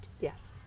Yes